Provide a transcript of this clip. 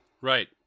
Right